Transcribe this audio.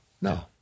no